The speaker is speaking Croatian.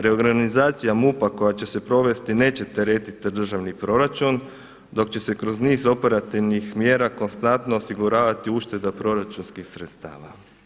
Reorganizacija MUP-a koja će se provesti neće teretiti državni proračun, dok će se kroz niz operativnih mjera konstantno osiguravati ušteda proračunskih sredstava.